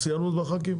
סיימנו עם הח"כים?